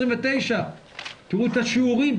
29. תראו את השיעורים,